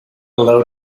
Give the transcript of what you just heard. load